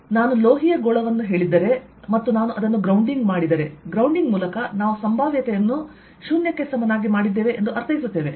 ನಾನು ಲೋಹೀಯ ಗೋಳವನ್ನು ಹೇಳಿದ್ದರೆ ಮತ್ತು ನಾನು ಅದನ್ನು ಗ್ರೌಂಡಿಂಗ್ ಮಾಡಿದರೆ ಗ್ರೌಂಡಿಂಗ್ ಮೂಲಕ ನಾವು ಸಂಭಾವ್ಯತೆಯನ್ನು 0 ಗೆ ಸಮನಾಗಿ ಮಾಡಿದ್ದೇವೆ ಎಂದು ಅರ್ಥೈಸುತ್ತೇವೆ